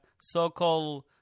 so-called